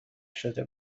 شده